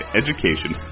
education